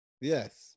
Yes